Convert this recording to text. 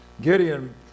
Gideon